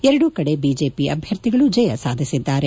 ಎರಡೂ ಕಡೆ ಬಿಜೆಪಿ ಅಭ್ಯರ್ಥಿಗಳು ಜಯ ಸಾಧಿಸಿದ್ದಾರೆ